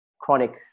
chronic